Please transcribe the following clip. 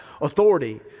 authority